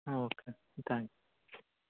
okay thank